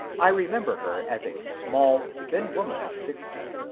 i remember her as a small, thin woman of sixty,